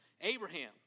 Abraham